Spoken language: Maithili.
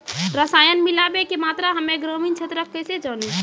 रसायन मिलाबै के मात्रा हम्मे ग्रामीण क्षेत्रक कैसे जानै?